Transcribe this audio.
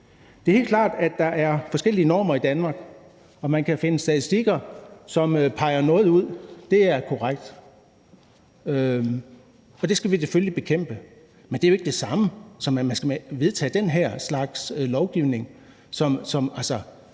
Det er helt klart, at der er forskellige normer i Danmark, og at man kan finde statistikker, som peger noget ud; det er korrekt. Og det skal vi selvfølgelig bekæmpe, men det er jo ikke det samme, som at man skal vedtage den her slags lovgivning.